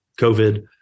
covid